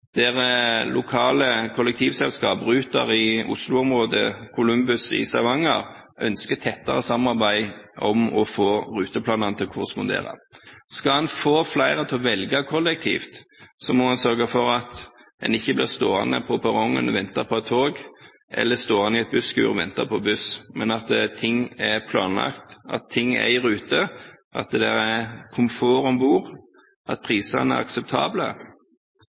der lokale kollektivselskap – Ruter i Oslo-området, Kolumbus i Stavanger – ønsker tettere samarbeid om å få ruteplanene til å korrespondere. Skal en få flere til å velge kollektivt, må en sørge for at en ikke blir stående på perrongen og vente på et tog eller stående i et busskur og vente på buss, men at ting er planlagt, at ting er i rute, at det er komfort om bord, at prisene er akseptable,